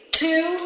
two